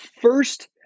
first